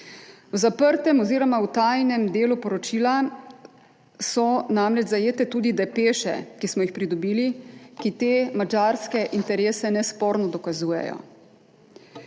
V zaprtem oziroma v tajnem delu poročila so namreč zajete tudi depeše, ki smo jih pridobili in te madžarske interese nesporno dokazujejo.